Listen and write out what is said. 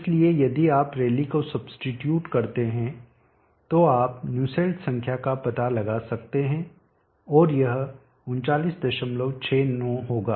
इसलिए यदि आप रैली को सब्सीट्यूट करते हैं तो आप न्यूसेल्ट संख्या का पता लगा सकते हैं और यह 3969 होगा